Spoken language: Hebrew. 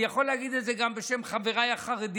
אני יכול להגיד את זה גם בשם חבריי החרדים.